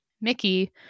Mickey